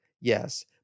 Yes